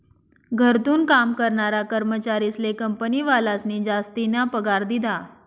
घरथून काम करनारा कर्मचारीस्ले कंपनीवालास्नी जासतीना पगार दिधा